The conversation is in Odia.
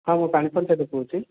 ହଁ ମୁଁ ପାଣି ପଞ୍ଚାୟତରୁ କହୁଛି